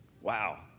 Wow